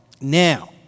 Now